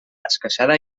esqueixada